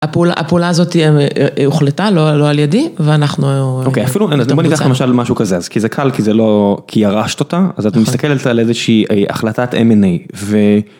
הפעולה הזאתי הוחלטה, לא על ידי, ואנחנו... אוקיי, אפילו, בואי ניקח למשל משהו כזה, אז כי זה קל, כי זה לא... כי ירשת אותה, אז את מסתכלת על איזושהי החלטת M&A, ו...